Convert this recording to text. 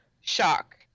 shock